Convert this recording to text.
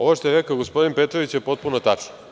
Ovo što je rekao gospodin Petrović je potpuno tačno.